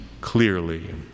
clearly